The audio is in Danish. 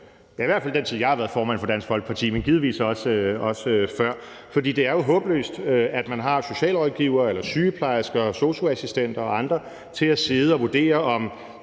i hvert fald al den tid, jeg har været formand for Dansk Folkeparti, men givetvis også før. For det er jo håbløst, at man har socialrådgivere, sygeplejersker, sosu-assistenter og andre til at sidde og vurdere, om